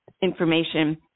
information